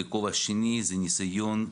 והכובע השני זה ניסיון,